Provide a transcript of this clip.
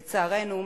לצערנו,